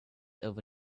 over